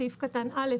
בסעיף קטן (א),